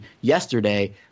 yesterday